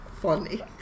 funny